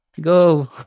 go